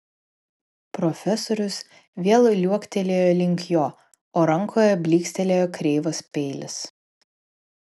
profesorius vėl liuoktelėjo link jo o rankoje blykstelėjo kreivas peilis